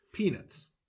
peanuts